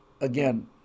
again